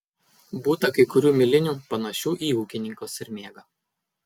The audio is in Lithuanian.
būta kai kurių milinių panašių į ūkininko sermėgą